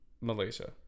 Malaysia